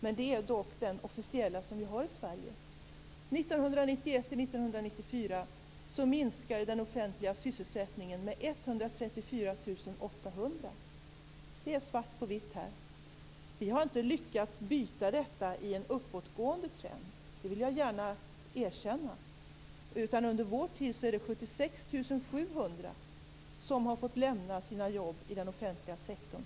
Men det är dock den officiella statistik som vi har i Sverige. 1991-94 minskade den offentliga sysselsättningen med 134 800. Det är svart på vitt. Vi har inte lyckats byta detta i en uppåtgående trend. Det vill jag gärna erkänna. Under vår tid är det 76 700 som har fått lämna sina jobb i den offentliga sektorn.